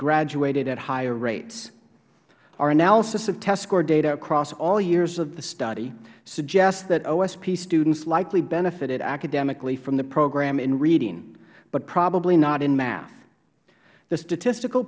graduated at higher rates our analysis of test score data across all years of the study suggests that osp students likely benefitted academically from the program in reading but probably not in math the statistical